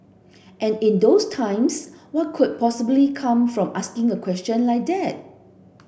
and in those times what could possibly come from asking a question like that